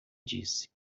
disse